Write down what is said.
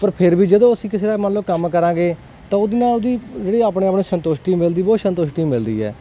ਪਰ ਫਿਰ ਵੀ ਜਦੋਂ ਅਸੀਂ ਕਿਸੇ ਦਾ ਮੰਨ ਲੋ ਕੰਮ ਕਰਾਂਗੇ ਤਾਂ ਉਹਦੇ ਨਾਲ ਉਹਦੀ ਜਿਹੜੀ ਆਪਣੇ ਆਪਣੇ ਸੰਤੁਸ਼ਟੀ ਮਿਲਦੀ ਬਹੁਤ ਸੰਤੁਸ਼ਟੀ ਮਿਲਦੀ ਹੈ